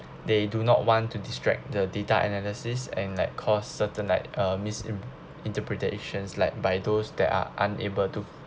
they do not want to distract the data analysis and like cause certain like uh misinterpretations like by those that are unable to